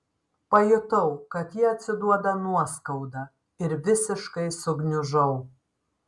pajutau kad ji atsiduoda nuoskauda ir visiškai sugniužau